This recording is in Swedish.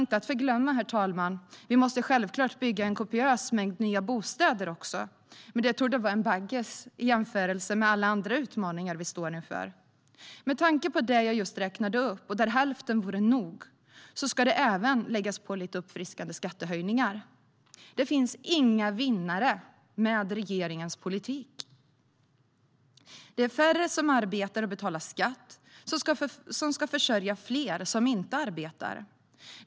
Inte att förglömma att vi självklart måste bygga en kopiös mängd nya bostäder också, men det torde vara en baggis i jämförelse med alla andra utmaningar som vi står inför. Med tanke på det som jag räknade upp och där hälften vore nog ska det även läggas på lite uppfriskande skattehöjningar. Det finns inga vinnare med regeringens politik. Det är färre som arbetar och betalar skatt och som ska försörja fler som inte arbetar.